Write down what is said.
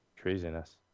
Craziness